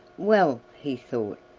well! he thought,